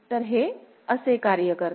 तर हे असे कार्य करते